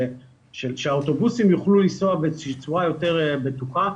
שהאוטובוס יוכלו לנסוע בצורה יותר בטוחה.